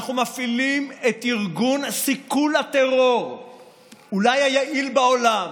אנחנו מפעילים את ארגון סיכול הטרור אולי היעיל בעולם,